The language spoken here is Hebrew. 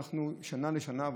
משנה לשנה,